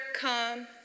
come